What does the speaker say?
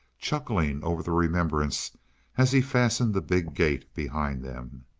chuckling over the remembrance as he fastened the big gate behind them.